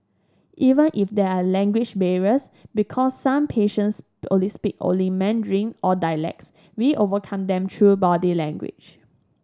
even if there are language barriers because some patients only speak only Mandarin or dialects we overcome them through body language